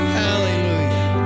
hallelujah